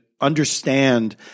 understand